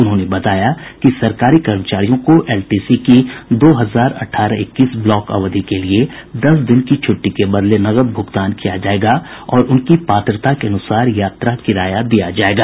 उन्होंने बताया कि सरकारी कर्मचारियों को एलटीसी की दो हजार अठारह इक्कीस ब्लॉक अवधि के लिए दस दिन की छुट्टी के बदले नकद भूगतान किया जाएगा और उनकी पात्रता के अनुसार यात्रा किराया दिया जाएगा